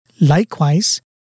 Likewise